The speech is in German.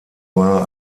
war